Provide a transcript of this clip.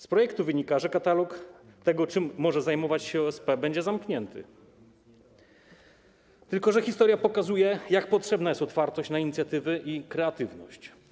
Z projektu wynika, że katalog tego, czym może zajmować się OSP, będzie zamknięty, tylko że historia pokazuje, jak potrzebna jest otwartość na inicjatywy i kreatywność.